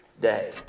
day